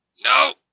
no